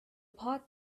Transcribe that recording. pot